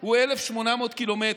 הוא 1,800 קילומטר.